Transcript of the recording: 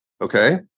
Okay